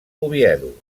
oviedo